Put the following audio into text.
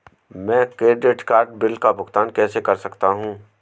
मैं credit card bill का भुगतान कैसे कर सकता हूं?